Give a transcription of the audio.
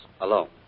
alone